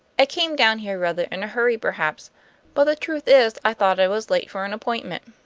i came down here rather in a hurry perhaps but the truth is i thought i was late for an appointment.